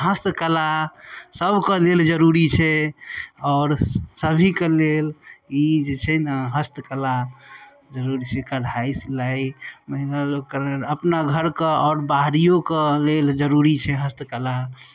हस्तकला सभके लेल जरूरी छै आओर सभके लेल ई जे छै ने हस्तकला जरूरी छै सिलाइ कढ़ाइ महिला लोकके लेल अपना घरके आओर बाहरियोके लेल जरूरी छै हस्तकला